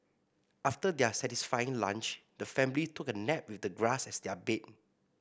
after their satisfying lunch the family took a nap with the grass as their bed